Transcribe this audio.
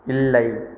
இல்லை